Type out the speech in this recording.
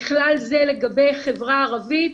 בכלל זה לגבי החברה הערבית.